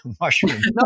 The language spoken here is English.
Mushrooms